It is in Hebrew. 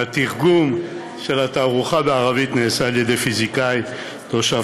והתרגום של התערוכה לערבית נעשה על-ידי פיזיקאי תושב